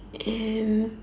and